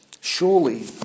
surely